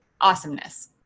awesomeness